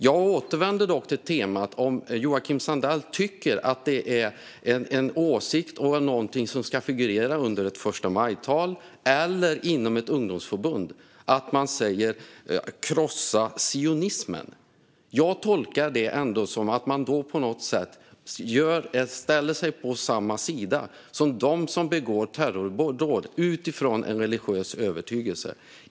Jag återvänder dock till frågan om Joakim Sandell tycker att det är en åsikt och någonting som ska figurera under ett förstamajtal eller inom ett ungdomsförbund att man säger: Krossa sionismen! Jag tolkar det som att man då på något sätt ställer sig på samma sida som de som begår terrordåd utifrån en religiös övertygelse.